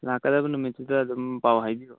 ꯂꯥꯛꯀꯗꯕ ꯅꯨꯃꯤꯠꯇꯨꯗ ꯑꯗꯨꯝ ꯄꯥꯎ ꯍꯥꯏꯕꯤꯔꯛꯑꯣ